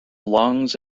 lungs